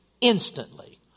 instantly